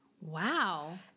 Wow